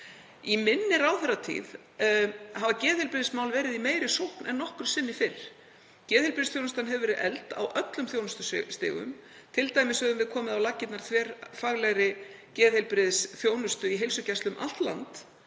Í minni ráðherratíð hafa geðheilbrigðismál verið í meiri sókn en nokkru sinni fyrr. Geðheilbrigðisþjónustan hefur verið efld á öllum þjónustustigum, t.d. höfum við komið á laggirnar þverfaglegri geðheilbrigðisþjónustu í heilsugæslu um allt